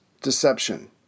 deception